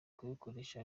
kubikoresha